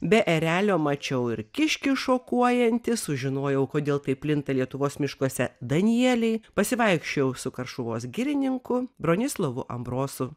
be erelio mačiau ir kiškį šokuojantį sužinojau kodėl taip plinta lietuvos miškuose danieliai pasivaikščiojau su karšuvos girininku bronislovu ambrosu